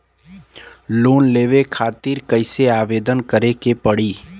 Loan लेवे खातिर कइसे आवेदन करें के पड़ी?